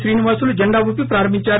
శ్రీనివాసులు జెండా ఉపి ప్రారంభించారు